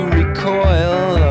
recoil